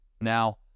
Now